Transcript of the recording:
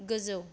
गोजौ